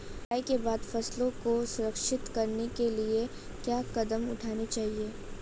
कटाई के बाद फसलों को संरक्षित करने के लिए क्या कदम उठाने चाहिए?